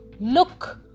Look